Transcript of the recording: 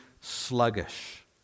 sluggish